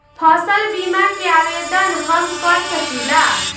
फसल बीमा के आवेदन हम कर सकिला?